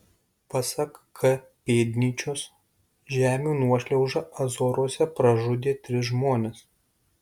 pasak k pėdnyčios žemių nuošliauža azoruose pražudė tris žmones